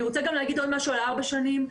אני רוצה גם להגיד עוד משהו על הארבע שנים,